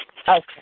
Okay